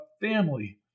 family